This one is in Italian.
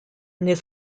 nel